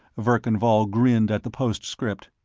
verkan vall grinned at the postscript.